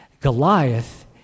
Goliath